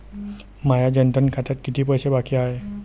माया जनधन खात्यात कितीक पैसे बाकी हाय?